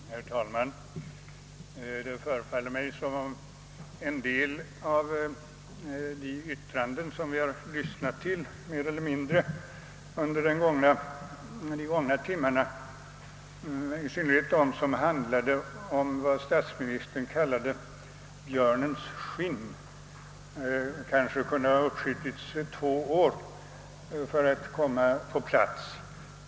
Herr talman! Det förefaller mig som om en del av de yttranden som vi mer eller mindre har lyssnat på under de gångna timmarna, i synnerhet de som handlade om vad statsministern kallade björnens skinn, kunde ha uppskjutits två år för att komma vid den rätta tidpunkten.